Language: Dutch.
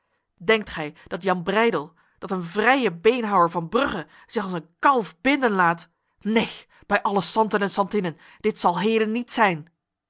denkt gij dat jan breydel dat een vrije beenhouwer van brugge zich als een kalf binden laat neen bij alle santen en santinnen dit zal heden niet zijn